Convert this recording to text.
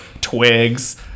Twigs